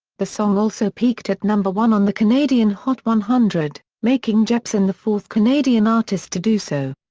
the song also peaked at number one on the canadian hot one hundred, making jepsen the fourth canadian artist to do so.